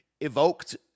evoked